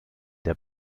der